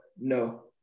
no